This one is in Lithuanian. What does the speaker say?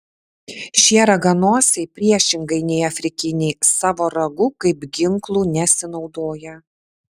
šie raganosiai priešingai nei afrikiniai savo ragu kaip ginklu nesinaudoja